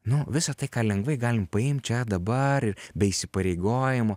nu visa tai ką lengvai galim paimt čia dabar ir be įsipareigojimo